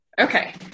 Okay